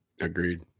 Agreed